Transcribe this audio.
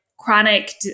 chronic